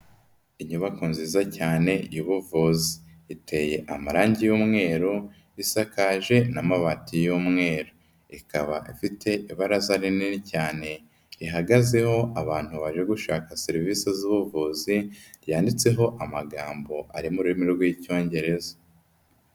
Inyubako nziza cyane y'ubuvuzi, iteye amarangi y'umweru, isakaje n'amabati y'umweru, ikaba ifite ibaraza rinini cyane rihagazeho abantu baje gushaka serivisi z'ubuvuzi, yanditseho amagambo ari mu rurimi rw'Icyongereza.